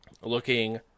looking